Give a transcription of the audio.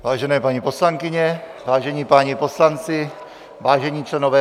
Vážené paní poslankyně, vážení páni poslanci, vážení členové vlády.